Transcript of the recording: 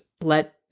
let